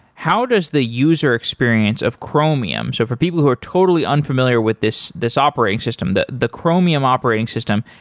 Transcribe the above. how does the user experience of chromium, so for people who are totally unfamiliar with this this operating system, the the chromium operating system,